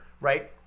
right